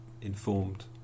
informed